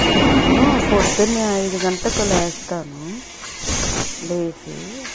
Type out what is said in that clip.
నేను పొద్దున్నే ఐదు గంటలకు లేస్తాను లేచి